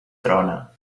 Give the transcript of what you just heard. trona